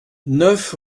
neuf